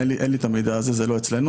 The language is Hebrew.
אין לי המידע הזה, זה לא אצלנו.